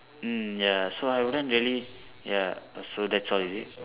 mm ya so I wouldn't really ya so that's all is it